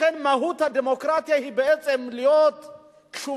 לכן מהות הדמוקרטיה היא בעצם להיות קשובים